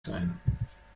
sein